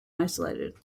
isolated